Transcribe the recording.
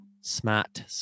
smart